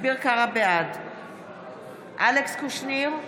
בעד אלכס קושניר,